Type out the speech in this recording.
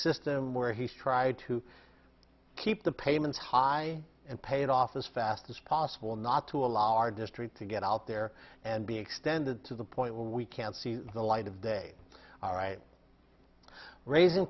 where he's tried to keep the payments high and pay it off as fast as possible not to allow our district to get out there and be extended to the point where we can't see the light of day all right raising